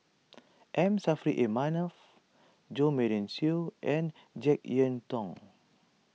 M Saffri A Manaf Jo Marion Seow and Jek Yeun Thong